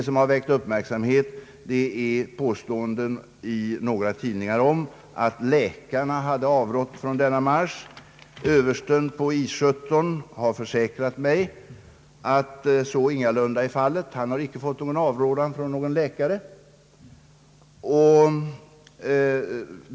Det som har väckt uppmärksamhet är påståenden i några tidningar att läkarna hade avrått från denna marsch. Översten på I 17 har försäkrat mig att så ingalunda är fallet. Han har inte fått någon avrådan från någon läkare.